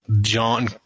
John